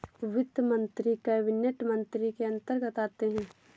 वित्त मंत्री कैबिनेट मंत्री के अंतर्गत आते है